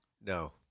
No